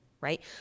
right